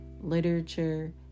literature